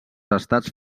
estats